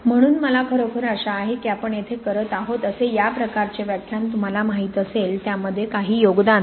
म्हणून मला खरोखर आशा आहे की आपण येथे करत आहोत असे या प्रकारचे व्याख्यान तुम्हाला माहीत असेल त्यामध्ये काही योगदान द्या